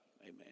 Amen